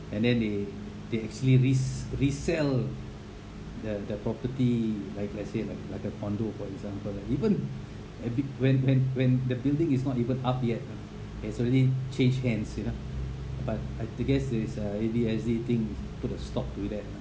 and then they they actually re~ resell the the property like let's say like like a condo for example like even a bit when when when the building is not even up yet it has already change hands you know but I to guess there is a A_B_S_D thing put a stop to that